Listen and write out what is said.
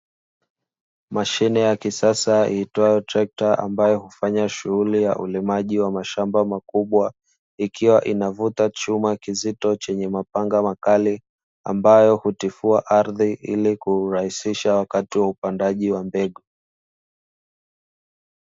Mashine ya kisasa iitwayo trekta ambayo hufanya shughuli ya ulimaji wa mashamba makubwa, ikiwa inavuta chuma kizito chenye mapanga makali; ambayo hutifua ardhi ili kurahisisha wakati wa upandaji wa mbegu.